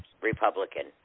Republican